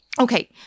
Okay